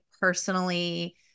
personally